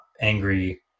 angry